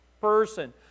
person